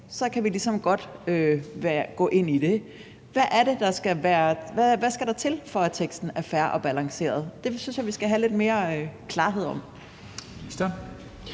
så kan vi ligesom godt gå ind i det. Hvad skal der til, for at teksten er fair og balanceret? Det synes jeg vi skal have lidt mere klarhed over.